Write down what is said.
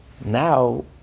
Now